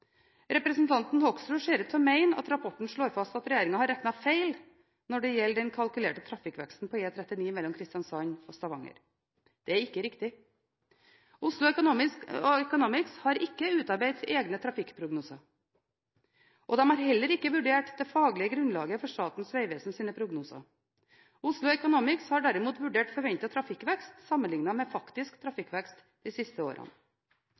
Representanten Hoksrud ser ut til å mene at rapporten slår fast at regjeringen har regnet feil når det gjelder den kalkulerte trafikkveksten på E39 mellom Kristiansand og Stavanger. Dette er ikke riktig. Oslo Economics har ikke utarbeidet egne trafikkprognoser, og de har heller ikke vurdert det faglige grunnlaget for Statens vegvesens prognoser. Oslo Economics har derimot vurdert forventet trafikkvekst sammenliknet med faktisk trafikkvekst de siste årene.